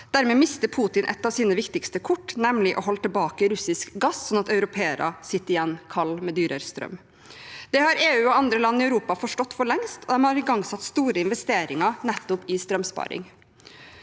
Dermed mister Putin et av sine viktigste kort, nemlig å holde tilbake russisk gass sånn at europeere sitter igjen kalde og med dyrere strøm. Det har EU og andre land i Europa forstått for lengst, og de har igangsatt store investeringer nettopp i strømsparing.